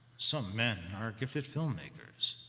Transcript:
some men are gifted filmmakers.